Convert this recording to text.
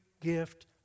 gift